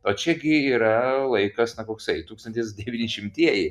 o čia gi yra laikas na koksai tūkstantis devyni šimtieji